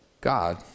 God